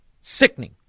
Sickening